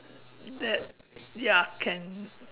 that ya can